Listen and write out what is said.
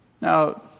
Now